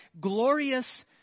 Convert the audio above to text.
glorious